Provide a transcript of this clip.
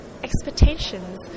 expectations